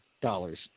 dollars